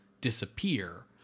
disappear